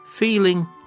Feeling